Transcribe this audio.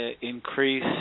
increase